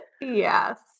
Yes